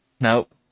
Nope